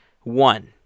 one –